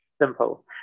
simple